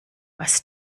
was